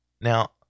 Now